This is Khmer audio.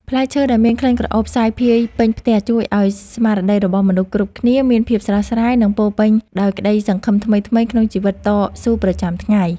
ផ្លែឈើដែលមានក្លិនក្រអូបសាយភាយពេញផ្ទះជួយឱ្យស្មារតីរបស់មនុស្សគ្រប់គ្នាមានភាពស្រស់ស្រាយ និង ពោរពេញដោយក្តីសង្ឃឹមថ្មីៗក្នុងជីវិតតស៊ូប្រចាំថ្ងៃ។